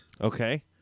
Okay